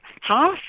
half